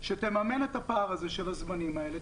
שתממן את הפער הזה של הזמנים האלה,